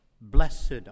Blessed